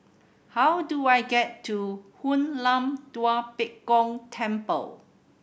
how do I get to Hoon Lam Tua Pek Kong Temple